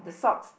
the socks